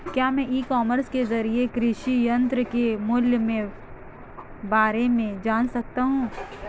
क्या मैं e commerce के ज़रिए कृषि यंत्र के मूल्य में बारे में जान सकता हूँ?